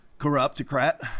Corruptocrat